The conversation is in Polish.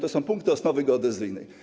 To są punkty osnowy geodezyjnej.